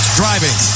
driving